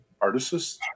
artists